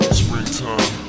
springtime